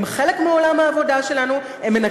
הם חלק מעולם העבודה שלנו,